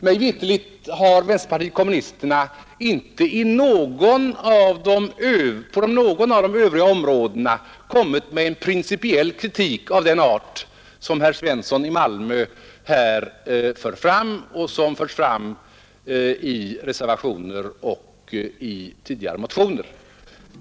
Mig veterligt har vänsterpartiet kommunisterna inte på något av de övriga områdena kommit med en principiell kritik av den art som herr Svensson i Malmö här för fram och som redovisats i reservationer och tidigare i motionen.